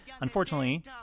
unfortunately